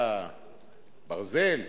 אתה ברזל?